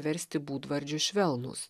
versti būdvardžiu švelnūs